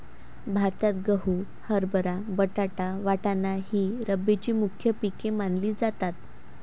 भारतात गहू, हरभरा, बटाटा, वाटाणा ही रब्बीची मुख्य पिके मानली जातात